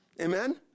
Amen